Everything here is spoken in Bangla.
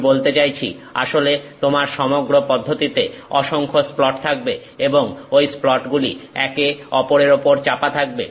আমি বলতে চাইছি আসলে তোমার সমগ্র পদ্ধতিতে অসংখ্য স্প্লট থাকবে এবং ঐ স্প্লটগুলি একে অপরের ওপর চাপা থাকবে